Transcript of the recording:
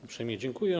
Uprzejmie dziękuję.